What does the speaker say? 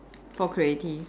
for creative